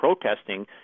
protesting